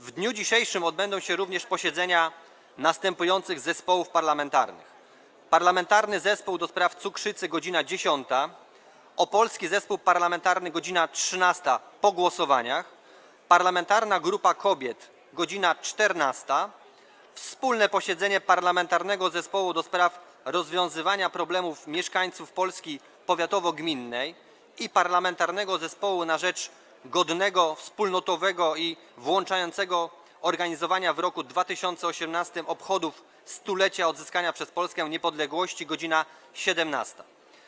W dniu dzisiejszym odbędą się również posiedzenia następujących zespołów parlamentarnych: - Parlamentarnego Zespołu ds. cukrzycy - godz. 10, - Opolskiego Zespołu Parlamentarnego - godz. 13, po głosowaniach, - Parlamentarnej Grupy Kobiet - godz. 14, - wspólne Parlamentarnego Zespołu ds. rozwiązywania problemów mieszkańców „Polski powiatowo-gminnej” i Parlamentarnego Zespołu na rzecz Godnego, Wspólnotowego i Włączającego Organizowania w roku 2018 obchodów 100-lecia Odzyskania przez Polskę Niepodległości - godz. 17.